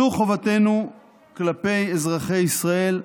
זו חובתנו כלפי אזרחי ישראל,